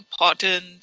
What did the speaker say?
important